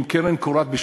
בשיתוף עם קרן קורת.